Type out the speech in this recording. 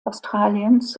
australiens